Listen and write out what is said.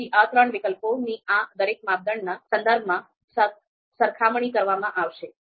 તેથી આ ત્રણ વિકલ્પોની આ દરેક માપદંડના સંદર્ભમાં સરખામણી કરવામાં આવશે